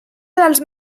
dels